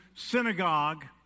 synagogue